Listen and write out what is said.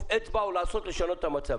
אצבע או לעשות משהו כדי לשנות את המצב.